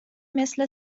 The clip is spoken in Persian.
مثل